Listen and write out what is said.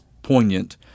poignant